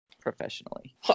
professionally